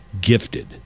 gifted